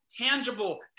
tangible